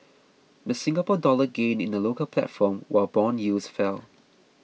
the Singapore Dollar gained in the local platform while bond yields fell